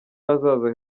hazaza